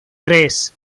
tres